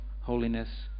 holiness